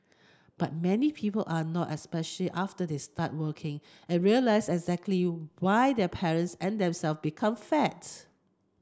but many people are not after they start working and realise exactly why their parents and themselves become fats